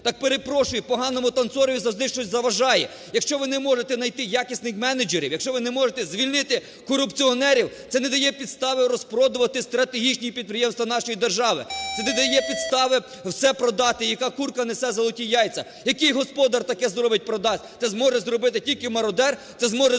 Так перепрошую: поганому танцору завжди щось заважає. Якщо ви не можете знайти якісних менеджерів, якщо ви не можете звільнити корупціонерів, це не дає підстави розпродувати стратегічні підприємства нашої держави, це не дає підстави все продати, яка "курка несе золоті яйця", який господар таке зробить – продати? Це зможе зробити тільки мародер, це може зробити